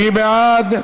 מי בעד?